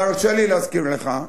תרשה לי להזכיר לך,